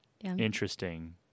interesting